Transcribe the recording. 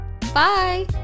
bye